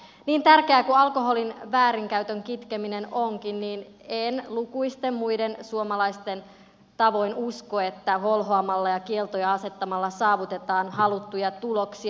niin tärkeää kuin alkoholin väärinkäytön kitkeminen onkin niin en lukuisten muiden suomalaisten tavoin usko että holhoamalla ja kieltoja asettamalla saavutetaan haluttuja tuloksia